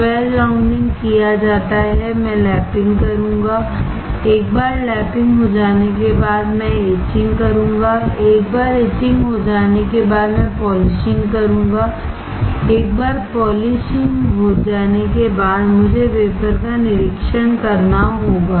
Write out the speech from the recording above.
जब edge rounding किया जाता है मैं लैपिंग करूंगा एक बार लैपिंग हो जाने के बाद मैं इचिंग करूंगा एक बार इचिंग हो जाने के बाद मैं पॉलिशिंग करूंगा एक बार पॉलिशिंग हो जाने के बाद मुझे वेफर का निरीक्षण करना होगा